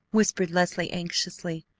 whispered leslie anxiously.